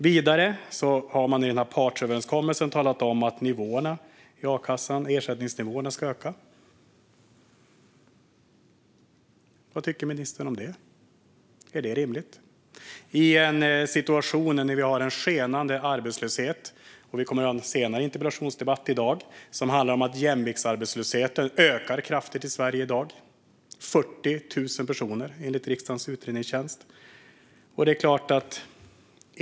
Vidare har man i partsöverenskommelsen talat om att ersättningsnivåerna i a-kassan ska öka. Vad tycker ministern om det? Är det rimligt? Vi har en situation med en skenande arbetslöshet, och vi kommer senare i dag att ha en debatt om att jämviktsarbetslösheten i Sverige ökar kraftigt. Det handlar om 40 000 personer, enligt riksdagens utredningstjänst.